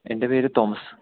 എൻ്റെ പേര് തോമസ്